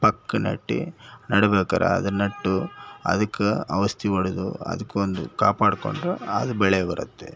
ಪಕ್ಕ ನೆಟ್ಟು ನೆಡ್ಬೇಕಾರೆ ಅದು ನೆಟ್ಟು ಅದಕ್ಕೆ ಔಷಧಿ ಹೊಡೆದು ಅದಕ್ಕೊಂದು ಕಾಪಾಡಿಕೊಂಡು ಅದು ಬೆಳೆ ಬರುತ್ತೆ